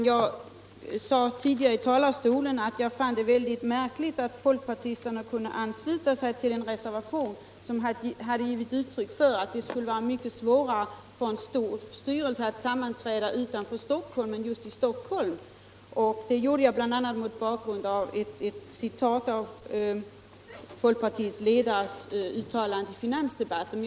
Herr talman! Jag sade tidigare att jag fann det mycket märkligt att folkpartisterna kunde ansluta sig till en reservation som ger uttryck för uppfattningen att det skulle vara mycket svårare för en stor styrelse att sammanträda utanför Stockholm än i Stockholm. Det gjorde jag bl.a. mot bakgrund av ett citat från det som folkpartiets ledare uttalade i finansdebatten.